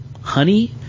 honey